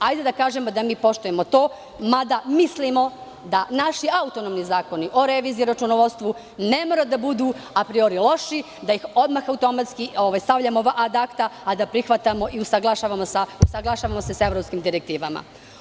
Hajde da kažemo da mi poštujemo to mada mislimo da naši autonomni zakoni o reviziji i računovodstvu ne moraju da budu apriori loši, da ih odmah automatski stavljamo ad akta, a da prihvatamo i usaglašavamo se sa evropskim direktivama.